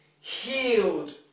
Healed